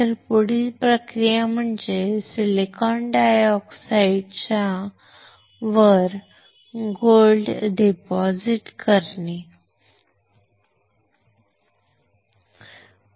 तर पुढील प्रक्रिया म्हणजे या सिलिकॉन डायऑक्साइडच्या वर सोने जमा करणे योग्य आहे